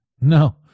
No